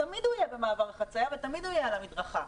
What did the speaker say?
תמיד הוא יהיה במעבר חציה ותמיד הוא יהיה על המדרכה,